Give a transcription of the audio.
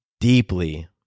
deeply